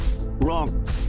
wrong